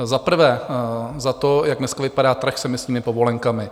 Za prvé za to, jak dnes vypadá trh s emisními povolenkami.